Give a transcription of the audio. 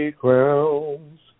crowns